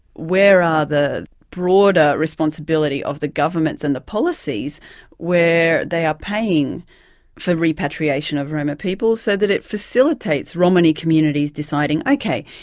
where are the broader responsibility of the governments and the policies where they are paying for repatriation of roma people, so that it facilitates romani communities deciding ok,